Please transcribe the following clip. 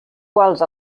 quals